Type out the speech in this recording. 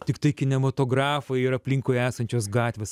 tiktai kinematografai ir aplinkui esančios gatvės